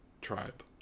tribe